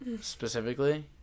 specifically